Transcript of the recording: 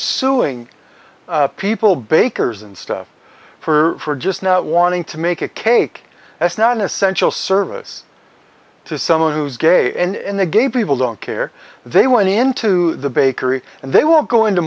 suing people bakers and stuff for just not wanting to make a cake that's not an essential service to someone who's gay and the gay people don't care they went into the bakery and they won't go into